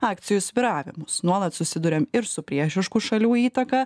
akcijų svyravimus nuolat susiduriam ir su priešiškų šalių įtaka